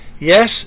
Yes